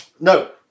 no